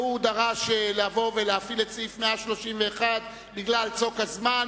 והוא דרש לבוא ולהפעיל את סעיף 131 בגלל צוק הזמן.